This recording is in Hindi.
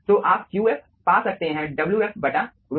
तो आप Qf पा सकते हैं Wf ρf